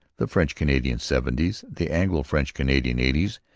the french-canadian seventies, the anglo-french-canadian eighties,